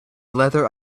leather